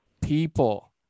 People